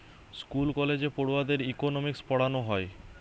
school কলেজে পড়ুয়াদের economics পোড়ানা হয়